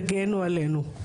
תגנו עלינו.